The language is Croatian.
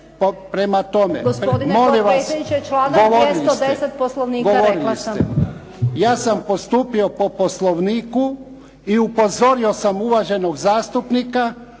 Ivan (HDZ)** Govorili ste. Govorili ste. Ja sam postupio po Poslovniku i upozorio sam uvaženog zastupnika